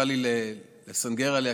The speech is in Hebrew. קל לי לסנגר עליה,